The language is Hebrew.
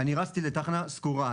רצתי לתחנה סגורה,